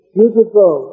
beautiful